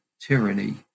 tyranny